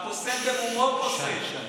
הפוסל, במומו פוסל.